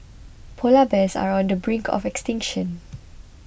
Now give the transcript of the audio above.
Polar Bears are on the brink of extinction